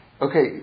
okay